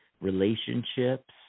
relationships